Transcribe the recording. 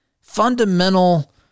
fundamental